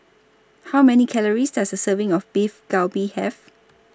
How Many Calories Does A Serving of Beef Galbi Have